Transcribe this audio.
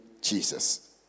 Jesus